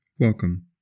Welcome